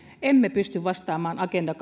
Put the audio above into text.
emme pysty vastaamaan agenda